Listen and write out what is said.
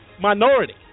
minority